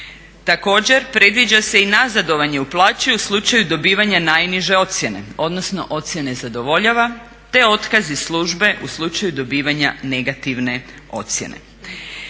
Također predviđa se i nazadovanje u plaći u slučaju dobivanja najniže ocjene, odnosno ocjene zadovoljava te otkaz iz službe u slučaju dobivanja negativne ocjene.